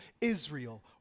Israel